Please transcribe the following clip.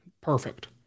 Perfect